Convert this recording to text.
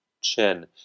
chin